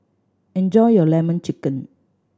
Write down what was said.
enjoy your Lemon Chicken